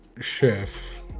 chef